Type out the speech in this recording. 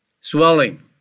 swelling